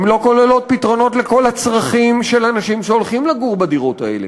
הן לא כוללות פתרונות לכל הצרכים של אנשים שהולכים לגור בדירות האלה.